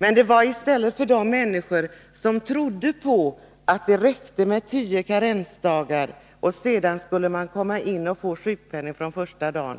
Men för de människor som trodde att det räckte med tio karensdagar och att man sedan skulle få sjukpenning från första dagen var